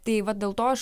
tai va dėl to aš